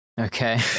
Okay